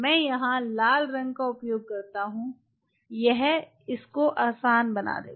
में यहाँ लाल रंग का उपयोग करता हूँ यह इस को आसान बना देगा